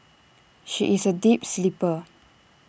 she is A deep sleeper